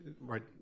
right